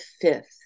fifth